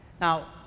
Now